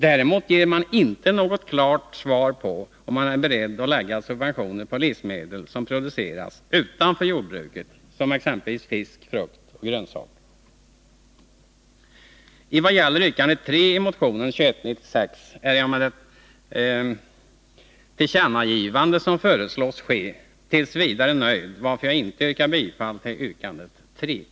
Däremot ger man inte något klart svar på om man är beredd att subventionera livsmedel som produceras utanför jordbruket, såsom fisk, frukt och grönsaker. I vad det gäller yrkandet 3i motionen 2196 är jag med det tillkännagivande som föreslås ske tills vidare nöjd, varför jag inte yrkar bifall till yrkandet 3.